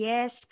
Yes